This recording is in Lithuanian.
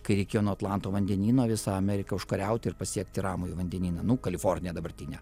kai reikėjo nuo atlanto vandenyno visą ameriką užkariauti ir pasiekti ramųjį vandenyną nu kaliforniją dabartinę